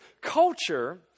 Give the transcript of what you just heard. Culture